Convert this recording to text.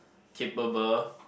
capable